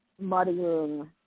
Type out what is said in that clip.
muddying